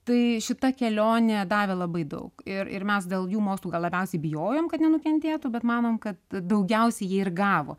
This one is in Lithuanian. tai šita kelionė davė labai daug ir ir mes dėl jų mokslų gal labiausiai bijojom kad nenukentėtų bet manom kad daugiausiai jie ir gavo